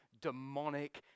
demonic